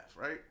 right